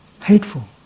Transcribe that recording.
hateful